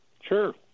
Sure